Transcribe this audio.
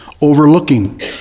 overlooking